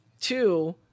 two